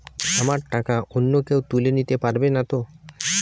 আমার টাকা অন্য কেউ তুলে নিতে পারবে নাতো?